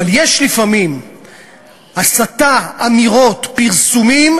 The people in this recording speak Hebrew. אבל יש לפעמים הסתה, אמירות, פרסומים,